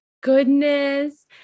goodness